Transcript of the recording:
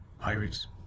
pirates